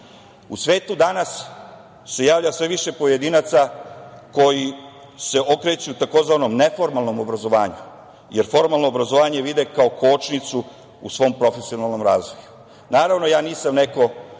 svetu danas se javlja sve više pojedinaca koji se okreću tzv. neformalnom obrazovanju, jer formalno obrazovanje vide kao kočnicu u svom profesionalnom razvoju. Naravno, ja nisam neko